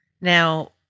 Now